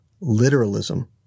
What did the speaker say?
literalism